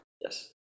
Yes